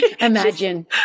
imagine